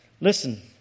Listen